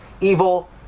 evil